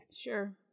Sure